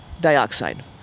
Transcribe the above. dioxide